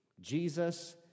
Jesus